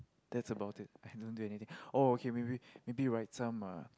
that's about it I don't do anything oh maybe maybe write some uh